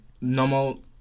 normal